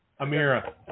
Amira